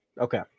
Okay